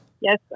Yes